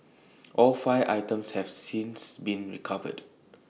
all five items have since been recovered